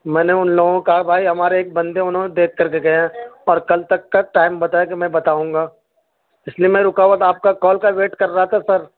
میں نے ان لوگوں کو کہا کہ بھائی ہمارے ایک بندے ہیں انہوں نے دیکھ کر کے گئے ہیں اور کل تک کا ٹائم بتایا کہ میں بتاؤں گا اس لیے میں رکا ہوا تھا آپ کا کال کا ویٹ کر رہا تھا سر